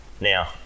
now